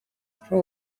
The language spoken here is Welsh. rho